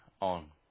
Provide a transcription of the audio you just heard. on